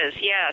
yes